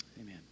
Amen